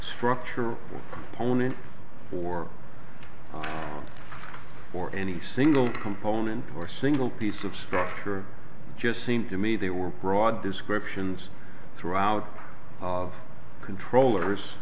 structure proponent for for any single component or single piece of structure just seemed to me they were broad descriptions throughout of controllers